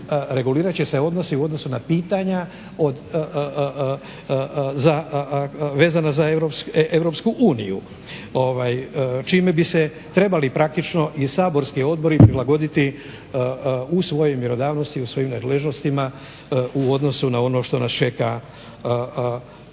regulirat će se odnosi u odnosu na pitanja vezana za Europsku uniju čime bi se trebali praktično i saborski odbori prilagoditi u svojoj mjerodavnosti, u svojim nadležnostima u odnosu na ono što nas čeka, potrebama